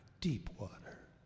Deepwater